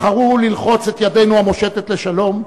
בחרו ללחוץ את ידנו המושטת לשלום,